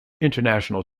international